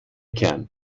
kern